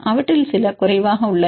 அவற்றில் சில குறைவாக உள்ளன